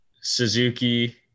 Suzuki